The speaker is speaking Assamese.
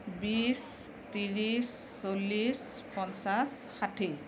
বিশ ত্ৰিছ চল্লিছ পঞ্চাছ ষাঠি